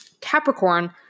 Capricorn